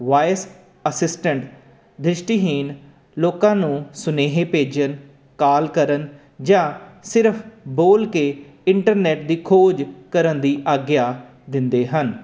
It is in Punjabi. ਵਾਇਸ ਅਸਿਸਟੈਂਟ ਦ੍ਰਿਸ਼ਟੀਹੀਨ ਲੋਕਾਂ ਨੂੰ ਸੁਨੇਹੇ ਭੇਜਣ ਕਾਲ ਕਰਨ ਜਾਂ ਸਿਰਫ ਬੋਲ ਕੇ ਇੰਟਰਨੈਟ ਦੀ ਖੋਜ ਕਰਨ ਦੀ ਆਗਿਆ ਦਿੰਦੇ ਹਨ